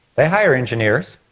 they hire engineers.